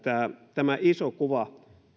tämä iso kuva